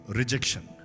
rejection